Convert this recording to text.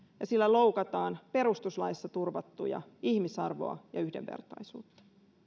ja sillä loukataan perustuslaissa turvattuja ihmisarvoa ja yhdenvertaisuutta